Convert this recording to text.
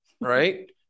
Right